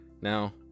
now